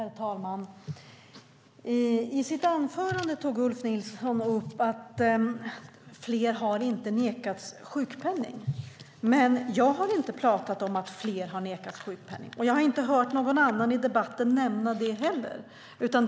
Herr talman! I sitt anförande tog Ulf Nilsson upp att det inte är fler som har nekats sjukpenning. Men jag har inte talat om att fler har nekats sjukpenning, och jag har inte hört någon annan i debatten heller nämna det.